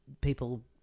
people